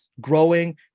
growing